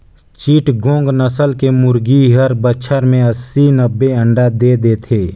चिटगोंग नसल के मुरगी हर बच्छर में अस्सी, नब्बे अंडा दे देथे